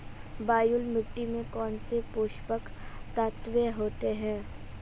बलुई मिट्टी में कौनसे पोषक तत्व होते हैं?